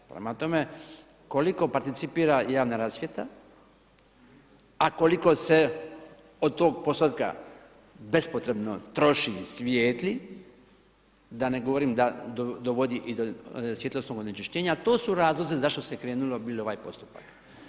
Prema tome, koliko participira javna rasvjeta a koliko se od tog postotka bespotrebno troši i svijetli da ne govorim da dovodi i do svjetlosnog onečišćenja, to su razlozi zašto se krenulo bilo u ovaj postupak.